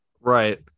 Right